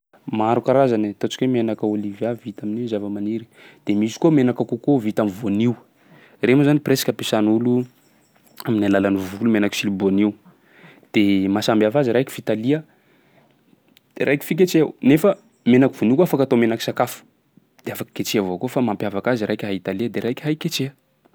Maro karazany e, ataontsika hoe menaka oliva vita amin'ny zava-maniry, de misy koa menaka coco vita am'voanio. Regny moa zany presque ampiasan'olo amin'ny alalan'ny volo, menaky sili-boanio, de mahasamby hafa azy: raiky fitalia, de raiky fiketreha, nefa menaky voanio koa afaky atao menaky sakafo de afaky iketreha avao koa fa mampiavaka azy raika hay italia de raika hay iketreha.